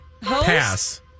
pass